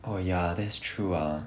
oh ya that's true ah